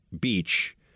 Beach